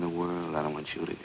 in the world i don't want you to